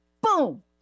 Boom